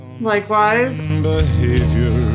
Likewise